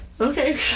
Okay